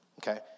okay